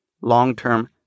long-term